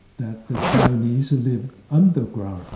that the chinese lived underground.